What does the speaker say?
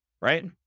right